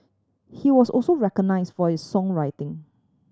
he was also recognised for his songwriting